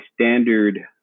standard